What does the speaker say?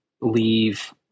leave